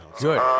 Good